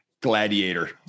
Gladiator